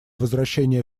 возвращения